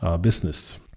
business